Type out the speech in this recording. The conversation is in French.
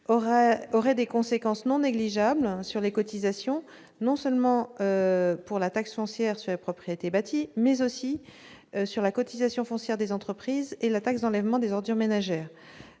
aurait des conséquences non négligeables sur les cotisations, non seulement pour la taxe foncière sur les propriétés bâties, mais aussi pour la cotisation foncière des entreprises et la taxe d'enlèvement des ordures ménagères,